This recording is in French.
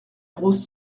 rose